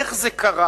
איך זה קרה,